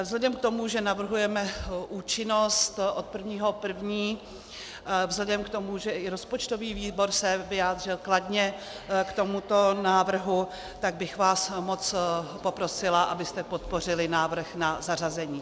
Vzhledem k tomu, že navrhujeme účinnost od 1. 1., vzhledem k tomu, že i rozpočtový výbor se vyjádřil kladně k tomuto návrhu, tak bych vás moc poprosila, abyste podpořili návrh na zařazení.